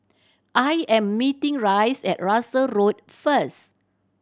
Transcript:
I am meeting Rice at Russels Road first